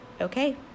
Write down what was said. Okay